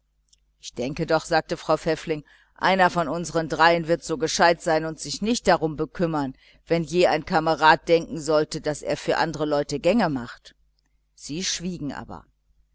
ich denke doch sagte frau pfäffling einer von unseren dreien wird so gescheit sein und sich nicht darum bekümmern wenn auch je ein kamerad denken sollte daß er für andere leute gänge macht sie schwiegen aber